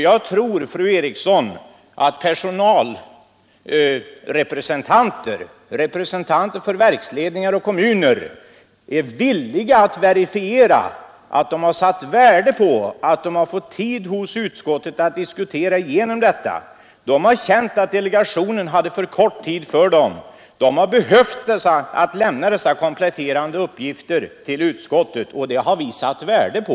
Jag tror, fru Eriksson, att personalrepresentanter och representanter för verkstadsledningar och kommuner är villiga att verifiera att de satt värde på att ha fått tid hos utskottet att diskutera igenom frågorna. De har känt att delegationen haft för kort tid för dem. De har behövt lämna dessa kompletterande uppgifter till utskottet, vilket vi har satt värde på.